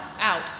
out